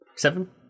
seven